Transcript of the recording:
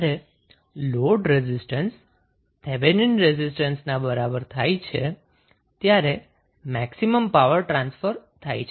જ્યારે load resistance Thevenin રેઝિસ્ટન્સના બરાબર થાય છે ત્યારે મેક્સિમમ પાવર ટ્રાન્સફર થાય છે